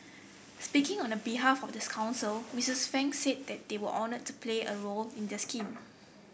speaking on the behalf of this council Mistress Fang said that they were honoured to play a role in the scheme